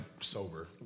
sober